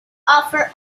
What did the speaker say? author